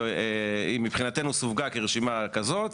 שהיא מבחינתנו סווגה כשרשימה כזאת.